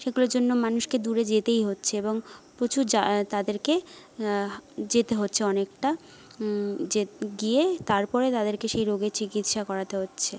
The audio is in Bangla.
সেগুলোর জন্য মানুষকে দূরে যেতেই হচ্ছে এবং প্রচুর তাদেরকে যেতে হচ্ছে অনেকটা যে গিয়েই তারপরে তাদেরকে সেই রোগের চিকিৎসা করাতে হচ্ছে